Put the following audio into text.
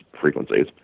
frequencies